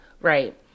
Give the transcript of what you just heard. Right